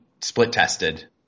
split-tested